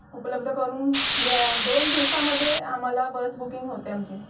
उपलब्ध करून जे दोन दिवसामध्ये आम्हाला बस बुकिंग होते आमची